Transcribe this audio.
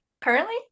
Currently